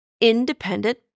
independent